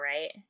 right